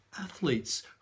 athletes